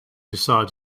decide